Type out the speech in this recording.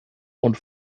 und